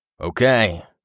okay